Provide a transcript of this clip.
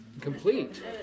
Complete